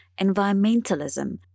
environmentalism